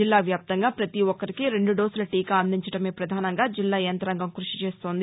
జిల్లా వ్యాప్తంగా పతి ఓక్కరికీ రెండు డోసుల టీకా అందించటమే పధానంగా జిల్లా యంతాంగం క్బషి చేస్తోంది